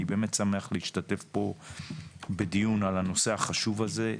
אני באמת שמח להשתתף פה בדיון על הנושא החשוב הזה.